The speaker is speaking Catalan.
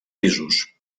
pisos